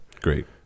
great